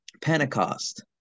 Pentecost